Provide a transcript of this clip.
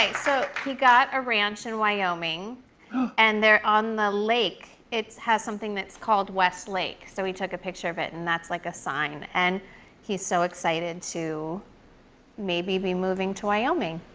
like so, he got a ranch in wyoming. gasps and they're on the lake. it has something that's called west lake. so he took a picture of it, and that's, like, a sign. and he's so excited to maybe be moving to wyoming.